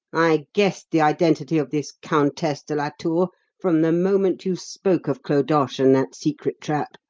i guessed the identity of this countess de la tour from the moment you spoke of clodoche and that secret trap.